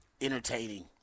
entertaining